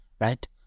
right